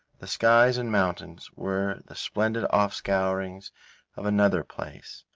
the skies and mountains were the splendid off-scourings of another place.